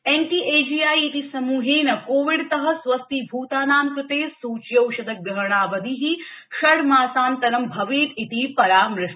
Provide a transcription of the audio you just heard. N T A G I इति समूहेन कोविडतः स्वस्थीभूतानां कृते सूच्यौषधग्रहणावधि षड्मासान्तरं भवेत् इति परामृष्ट